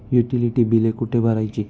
Utility बिले कुठे भरायची?